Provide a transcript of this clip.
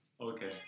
Okay